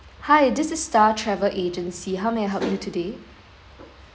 hi this is star travel agency how may I help you today